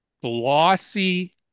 glossy